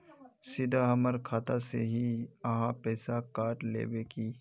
सीधा हमर खाता से ही आहाँ पैसा काट लेबे की?